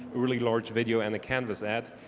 overly large video and the canvas ad,